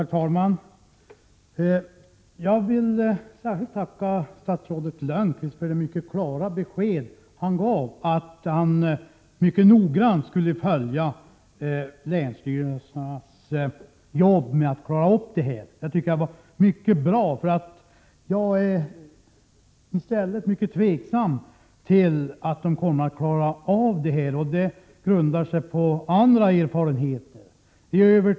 Herr talman! Jag vill tacka statsrådet Lönnqvist för det mycket klara beskedet att han avser att mycket noggrant följa länsstyrelsernas arbete för att lösa problemet. Det är mycket bra, eftersom jag för min del ställer mig mycket tveksam till att man kommer att klara av det hela. Min inställning grundar sig på de erfarenheter som jag har.